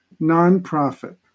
nonprofit